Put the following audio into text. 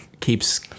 keeps